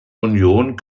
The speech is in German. union